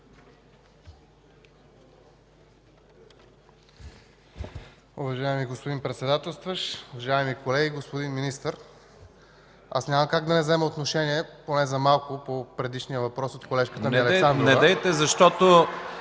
Уважаеми господин Председател, уважаеми колеги, господин Министър! Аз няма как да не взема отношение поне за малко по предишния въпрос от колежката Александрова.